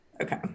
Okay